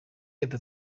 leta